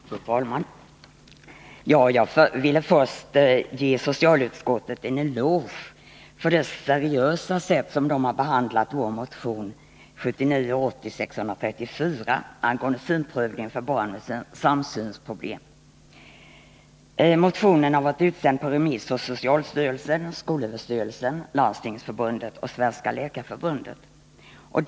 Fru talman! Jag vill först ge socialutskottet en eloge för dess seriösa sätt att behandla vår motion 1979/80:634 angående synprövning på barn med samsynsproblem. Motionen har varit utsänd på remiss till socialstyrelsen, skolöverstyrelsen, Landstingsförbundet och Svenska läkaresällskapet.